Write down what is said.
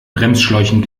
bremsschläuchen